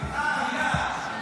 (תיקון,